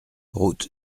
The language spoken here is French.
route